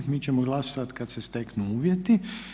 Mi ćemo glasovati kad se steknu uvjeti.